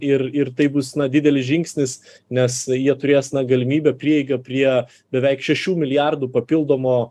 ir ir tai bus didelis žingsnis nes jie turės galimybę prieigą prie beveik šešių milijardų papildomo